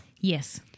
Yes